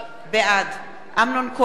בעד אמנון כהן,